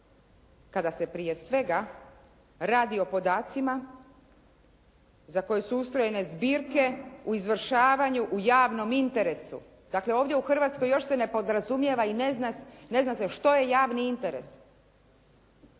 kada se prije svega radi o podacima za koje su ustrojene zbirke u izvršavanju u javnom interesu. Dakle, ovdje u Hrvatskoj još se ne podrazumijeva i ne zna se što je javni interes,